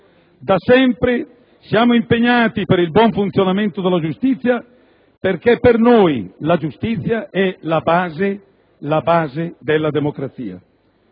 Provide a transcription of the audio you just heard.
Da sempre, siamo impegnati per il buon funzionamento della giustizia, perché per noi la giustizia è la base della democrazia.